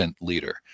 leader